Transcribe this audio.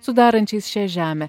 sudarančiais šią žemę